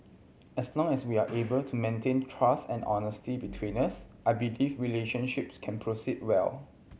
as long as we are able to maintain trust and honesty between us I believe relationships can proceed well